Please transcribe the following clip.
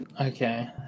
Okay